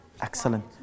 Excellent